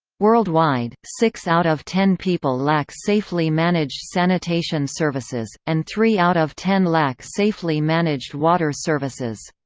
worldwide, six out of ten people lack safely managed sanitation services, and three out of ten lack safely managed water services.